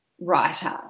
writer